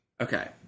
Okay